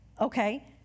okay